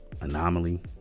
anomaly